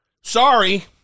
Sorry